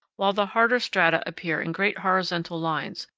while the harder strata appear in great horizontal lines,